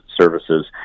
services